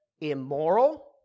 immoral